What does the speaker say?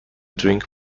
drink